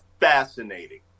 fascinating